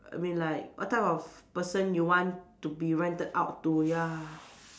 I mean like what type of person you want to be rented out to ya